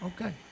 okay